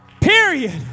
Period